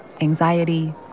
Anxiety